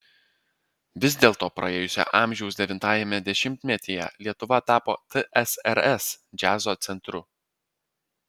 vis dėlto praėjusio amžiaus devintame dešimtmetyje lietuva tapo tsrs džiazo centru